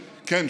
כן,